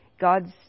God's